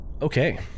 okay